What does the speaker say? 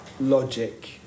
logic